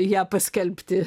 ją paskelbti